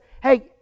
hey